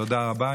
תודה רבה.